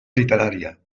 literària